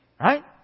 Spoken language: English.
Right